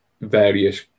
various